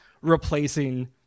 replacing